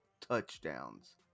touchdowns